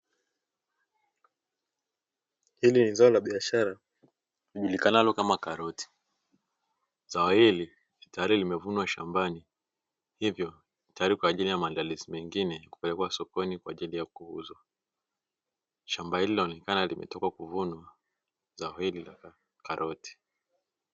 Hili ni zao la biashara lijulikanalo kama karoti, zao hili tayari limevunwa shambani, hivyo tayari kwa ajili ya maandalizi mengine kupelekwa sokoni, kwa ajili ya kuuzwa. Shamba hili linaonekana limetoka kuvunwa zao hili la karoti.